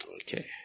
Okay